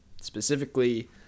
Specifically